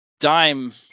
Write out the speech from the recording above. Dime